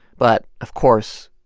but, of course,